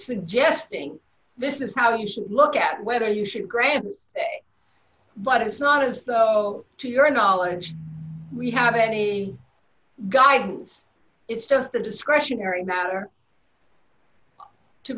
suggesting this is how you should look at whether you should grant but it's not as though two to your knowledge we have any guidance it's just a discretionary